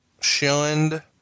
shunned